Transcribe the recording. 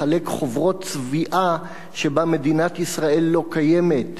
מחלק חוברות צביעה שבהן מדינת ישראל לא קיימת,